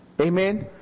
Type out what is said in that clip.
Amen